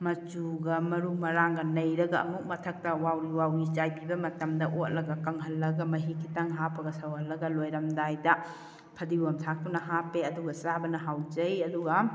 ꯃꯆꯨꯒ ꯃꯔꯨ ꯃꯔꯥꯡꯒ ꯅꯩꯔꯒ ꯑꯃꯨꯛ ꯃꯊꯛꯇ ꯋꯥꯎꯔꯤ ꯋꯥꯎꯔꯤ ꯆꯥꯏꯕꯤꯕ ꯃꯇꯝꯗ ꯑꯣꯠꯂꯒ ꯀꯪꯍꯟꯂꯒ ꯃꯍꯤ ꯈꯤꯇꯪ ꯍꯥꯞꯄꯒ ꯁꯧꯍꯜꯂꯒ ꯂꯣꯏꯔꯝꯗꯥꯏꯗ ꯐꯗꯤꯒꯣꯝ ꯊꯥꯛꯄꯅ ꯍꯥꯞꯄꯦ ꯑꯗꯨꯒ ꯆꯥꯕꯅ ꯍꯥꯎꯖꯩ ꯑꯗꯨꯒ